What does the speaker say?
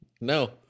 No